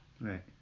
Right